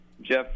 Jeff